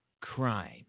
crime